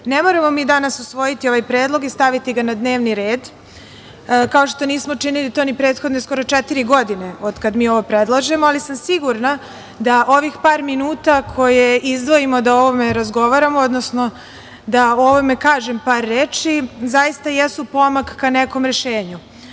moramo mi danas usvojiti ovaj predlog i staviti ga na dnevni red, kao što nismo činili to ni prethodne, skoro četiri godine, od kada mi ovo predlažemo, ali sam sigurna da ovih par minuta koje izdvojimo da o ovome razgovaramo, odnosno da o ovome kažem par reči, zaista jesu pomak ka nekom rešenju. Mi